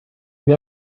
you